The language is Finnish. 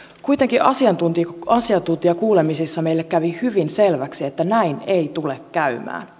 kuitenkin asiantuntijakuulemisissa meille kävi hyvin selväksi että näin ei tule käymään